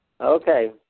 Okay